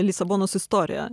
lisabonos istorija